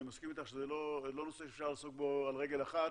אני מסכים אתך שזה לא נושא שאפשר לעסוק בו על רגע אחת.